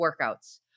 workouts